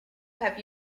have